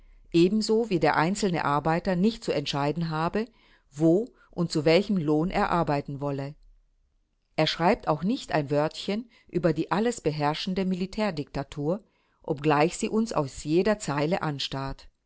ebenso wie der einzelne arbeiter nicht zu entscheiden habe wo und zu welchem lohn er arbeiten wolle er schreibt auch nicht ein wörtchen über die alles beherrschende militärdiktatur obgleich sie uns aus jeder zeile anstarrt